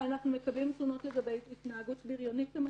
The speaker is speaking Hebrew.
אנחנו מקבלים תלונות לגבי התנהגות בריונית למשל,